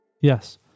Yes